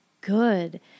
good